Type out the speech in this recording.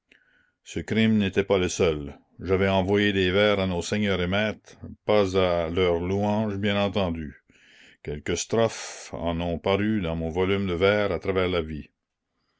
ce crime n'était pas le seul j'avais envoyé des vers à nos seigneurs et maîtres pas à leur louange bien entendu quelques strophes en ont paru dans mon volume de vers à travers la vie